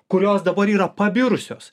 kurios dabar yra pabirusios